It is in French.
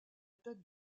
tête